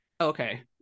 Okay